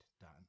done